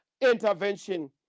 intervention